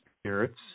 spirits